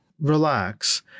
relax